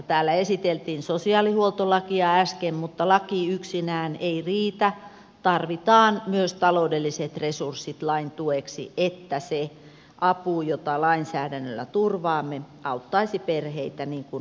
täällä esiteltiin sosiaalihuoltolakia äsken mutta laki yksinään ei riitä tarvitaan myös taloudelliset resurssit lain tueksi että se apu jota lainsäädännöllä turvaamme auttaisi perheitä niin kuin on tarkoitus